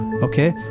Okay